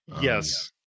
Yes